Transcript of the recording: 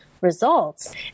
results